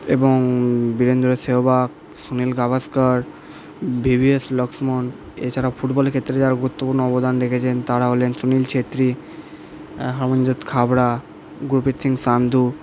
এবং Virender Sehwag Sunil Gavaskar V V S Laxman এছাড়াও football ক্ষেত্রে যারা গুরুত্বপূর্ণ অবদান রেখেছেন তারা হলেন সুনীল ছেত্রী হামঞ্জত খাবড়া গুরপ্রীত সিং সান্ধু